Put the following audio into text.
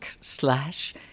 slash